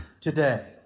today